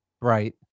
right